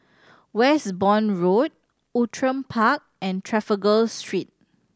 Westbourne Road Outram Park and Trafalgar Street